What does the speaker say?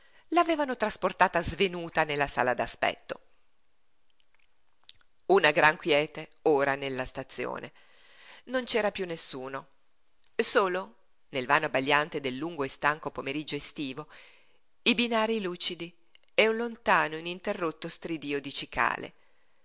l'avevano trasportata svenuta nella sala d'aspetto una gran quiete ora nella stazione non c'era piú nessuno solo nel vano abbagliante del lungo e stanco pomeriggio estivo i binarii lucidi e un lontano ininterrotto stridío di cicale